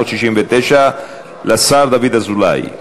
לשר דוד אזולאי.